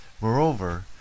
Moreover